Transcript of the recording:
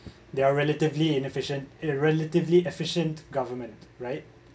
there are relatively inefficient it relatively efficient government right